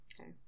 Okay